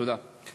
תודה.